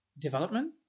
development